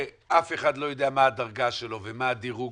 ואף אחד לא יודע מה הדרגה שלו ומה הדירוג